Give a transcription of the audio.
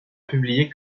publiée